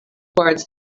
words